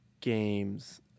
games